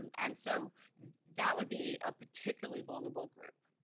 and so that would be a particularly vulnerable group.